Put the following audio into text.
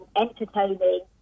entertaining